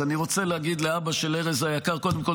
אז אני רוצה להגיד לאבא שלו היקר קודם כול